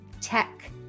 tech